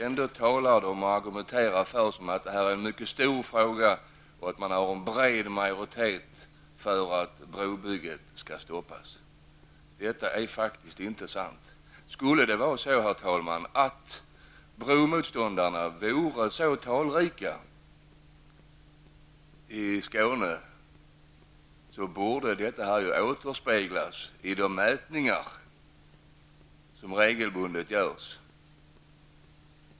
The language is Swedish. Ändå hävdar dessa partier att detta är en stor fråga och att de har en bred majoritet för att brobygget skall stoppas. Det är faktiskt inte sant. Om bromotståndarna vore så talrika i Skåne, herr talman, borde det ha återspeglats i de mätningar som regelbundet görs.